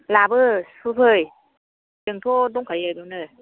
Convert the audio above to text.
लाबो सुहोफै जोंथ' दंखायो बेयावनो